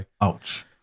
Ouch